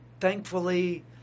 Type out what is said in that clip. thankfully